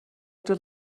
ddod